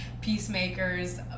peacemakers